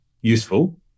useful